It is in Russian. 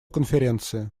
конференции